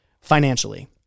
financially